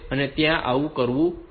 તો ત્યાં આ કરવું પડશે